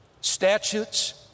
statutes